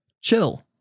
chill